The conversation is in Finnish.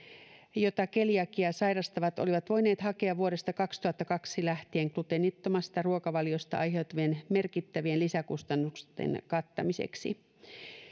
jota keliakiaa sairastavat olivat voineet hakea vuodesta kaksituhattakaksi lähtien gluteenittomasta ruokavaliosta aiheutuvien merkittävien lisäkustannusten kattamiseksi